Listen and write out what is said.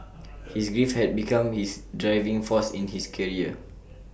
his grief had become his driving force in his career